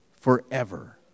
forever